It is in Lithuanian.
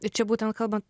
tai čia būtent kalbat